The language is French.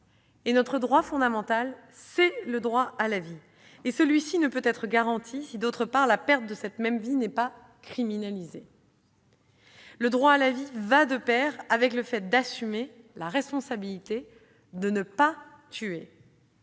Or notre droit fondamental est le droit à la vie. Et celui-ci ne peut être garanti si la perte de cette même vie n'est pas elle-même criminalisée. Le droit à la vie va donc de pair avec le fait d'assumer la responsabilité de ne pas tuer.